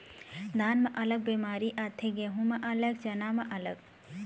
धान म अलग बेमारी आथे, गहूँ म अलग, चना म अलग